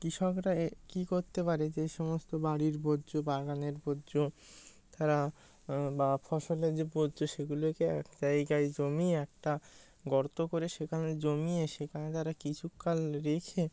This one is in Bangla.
কৃষকরা এ কী করতে পারে যে সমস্ত বাড়ির বর্জ্য বাগানের বর্জ্য তারা বা ফসলের যে বর্জ্য সেগুলোকে এক জায়গায় জমিয়ে একটা গর্ত করে সেখানে জমিয়ে সেখানে তারা কিছুকাল রেখে